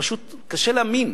פשוט קשה להאמין